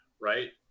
right